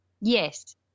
yes